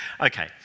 Okay